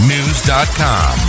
News.com